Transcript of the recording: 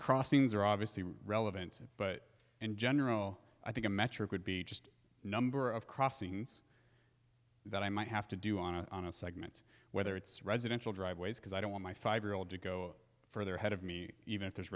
crossings are obviously relevant but in general i think a metro could be just a number of crossings that i might have to do on a segment whether it's residential driveways because i don't want my five year old to go further ahead of me even if there's